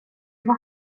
var